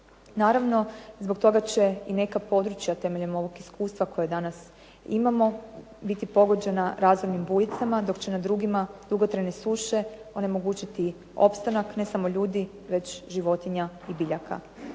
Naravno, zbog toga će i neka područja temeljem ovog iskustva koje danas imamo biti pogođena razornim bujicama dok će na drugim dugotrajne suše onemogućiti opstanak ne samo ljudi već životinja i biljaka.